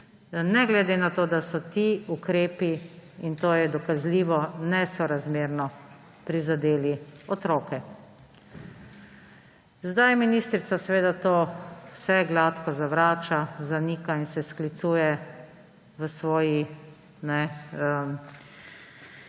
ne glede na to, da so ti ukrepi, in to je dokazljivo, nesorazmerno prizdeli otroke. Zdaj ministrica to vse gladko zavrača, zanika in se sklicuje v svojem